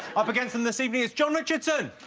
up against them this evening is john richardson